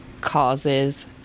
causes